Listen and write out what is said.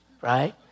right